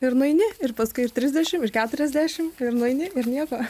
ir nueini ir paskui ir trisdešim ir keturiasdešim ir nueini ir nieko